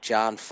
John